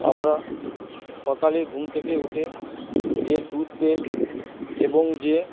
আমরা সকালে ঘুম থেকে উঠে যে টুথপেস্ট এবং যে